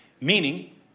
Meaning